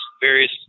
various